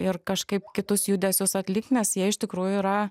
ir kažkaip kitus judesius atlikt nes jie iš tikrųjų yra